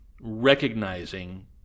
recognizing